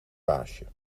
baasje